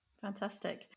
fantastic